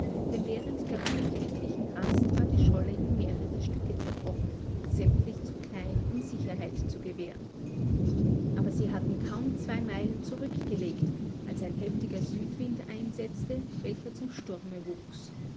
denn während der unerquicklichen rast war die scholle in mehrere stücke zerbrochen sämtlich zu klein um sicherheit zu gewähren aber sie hatten kaum zwei meilen zurückgelegt als ein heftiger südwind einsetzte welcher zum sturme wuchs